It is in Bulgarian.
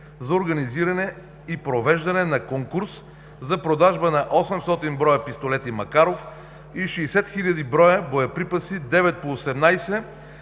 за организиране и провеждане на конкурс за продажба на 800 броя пистолети „Макаров“ и 60 хиляди броя боеприпаси 9х18,